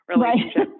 relationship